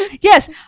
Yes